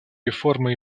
реформы